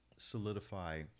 Solidify